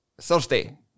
Thursday